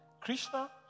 Krishna